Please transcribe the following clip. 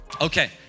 Okay